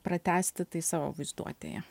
pratęsti tai savo vaizduotėje